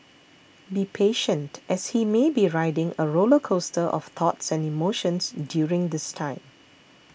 be patient as he may be riding a roller coaster of thoughts and emotions during this time